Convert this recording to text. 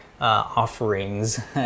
offerings